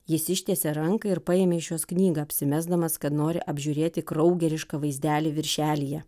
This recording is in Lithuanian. jis ištiesė ranką ir paėmė iš jos knygą apsimesdamas kad nori apžiūrėti kraugerišką vaizdelį viršelyje